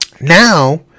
Now